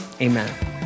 amen